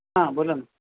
हां बोला ना